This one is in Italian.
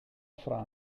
fra